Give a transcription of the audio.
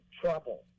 trouble